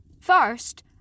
First